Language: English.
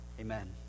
Amen